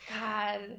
God